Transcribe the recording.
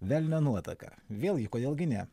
velnio nuotaka vėlgi kodėl gi ne